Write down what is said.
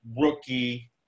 rookie